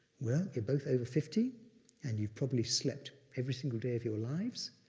well, you're both over fifty and you've probably slept every single day of your lives.